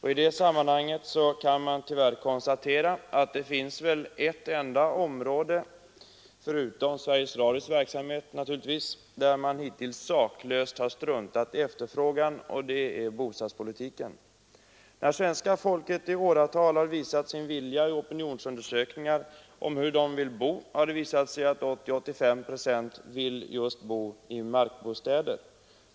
I detta sammanhang kan konstateras att det finns ett enda område — förutom Sveriges Radios verksamhet naturligtvis — där man hittills saklöst struntat i efterfrågan, och det är bostadspolitiken. När svenska folket i åratal i opinionsundersökningar angett hur de vill bo har det visat sig att 80—85 procent föredrar markbostäder.